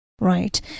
Right